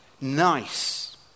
Nice